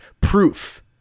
proof